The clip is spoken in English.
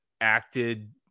acted